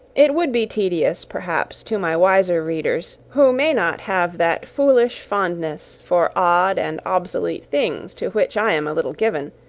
it would be tedious, perhaps, to my wiser readers, who may not have that foolish fondness for odd and obsolete things to which i am a little given,